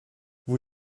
vous